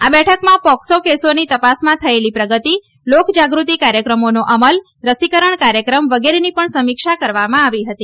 આ બેઠકમાં પોક્સો કેસોની કેસોની તપાસમાં થયેલી પ્રગતી લોક જાગૃતી કાર્યક્રમોનો અમલ રસીકરણ કાર્યક્રમ વગેરેની પણ સમીક્ષા કરવામાં આવી હતી